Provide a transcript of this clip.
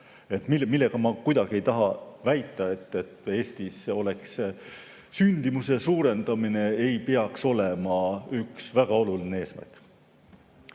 Sellega ma kuidagi ei taha väita, et Eestis sündimuse suurendamine ei peaks olema üks väga oluline eesmärk.